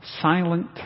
silent